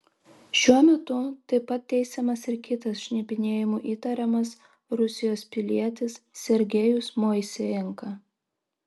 šiuo metu taip pat teisiamas ir kitas šnipinėjimu įtariamas rusijos pilietis sergejus moisejenka